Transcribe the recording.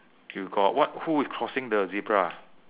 you got what who is crossing the zebra